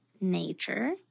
nature